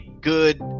good